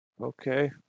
Okay